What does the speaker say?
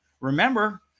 Remember